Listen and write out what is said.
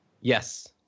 Yes